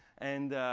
and